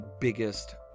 biggest